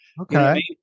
Okay